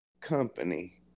company